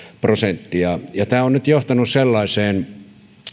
prosenttia ja tämä on nyt johtanut sellaiseen